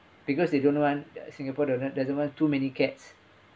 because they don't want singapore do~ doesn't want too many cats